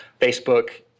Facebook